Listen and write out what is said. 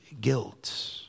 guilt